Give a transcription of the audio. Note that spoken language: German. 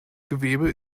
gewebe